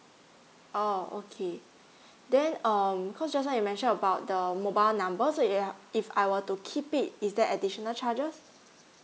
oh okay then um cause just now you mention about the mobile number say uh if I were to keep it is there additional charges